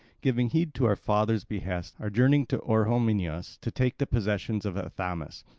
giving heed to our father's behests, are journeying to orehomenus to take the possessions of athamas.